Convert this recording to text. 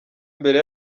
imbere